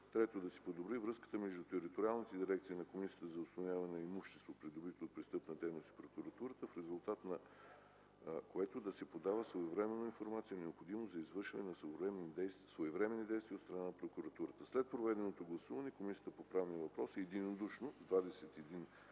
Трето, да се подобри връзката между териториалните дирекции на Комисията за установяване на имущество, придобито от престъпна дейност, и прокуратурата, в резултат на което да се подава своевременно информация, необходима за извършване на своевременни действия от страна на прокуратурата. След проведеното гласуване Комисията по правни въпроси единодушно – с 21 гласа